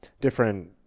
different